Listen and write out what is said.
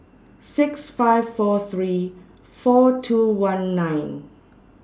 six five four three four two one nine